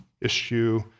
issue